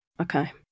okay